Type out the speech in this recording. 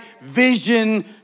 vision